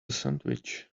sandwich